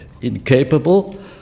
incapable